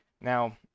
Now